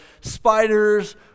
spiders